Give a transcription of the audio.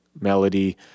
melody